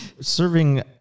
serving